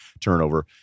turnover